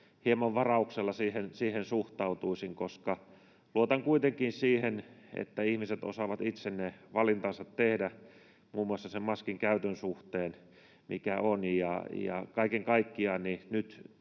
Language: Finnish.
hieman varauksella siihen suhtautuisin, koska luotan kuitenkin siihen, että ihmiset osaavat itse ne valintansa tehdä muun muassa maskin käytön suhteen. Ja kaiken kaikkiaan nyt